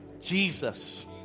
Jesus